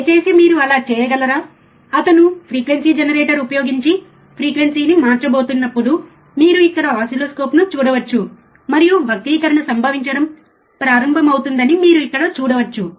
దయచేసి మీరు అలా చేయగలరా అతను ఫ్రీక్వెన్సీ జెనరేటర్ ఉపయోగించి ఫ్రీక్వెన్సీని మార్చబోతున్నప్పుడు మీరు ఇక్కడ ఓసిల్లోస్కోప్ను చూడవచ్చు మరియు వక్రీకరణ సంభవించడం ప్రారంభమవుతుందని మీరు ఇక్కడ చూడవచ్చు